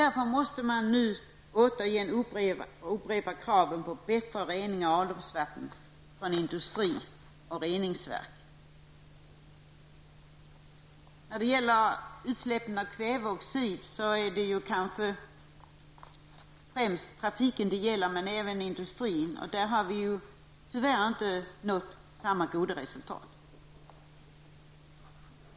Därför måste vi nu upprepa kraven på en bättre rening av avloppsvatten från industri och reningsverk. Utsläpp av kväveoxider gäller kanske främst trafiken, men även industrin. På det området har vi tyvärr inte nått samma goda resultat.